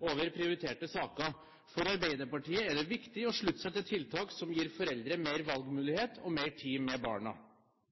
over prioriterte saker. For Arbeiderpartiet er det viktig å slutte seg til tiltak som gir foreldre mer valgmulighet og mer tid med barna.